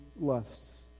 lusts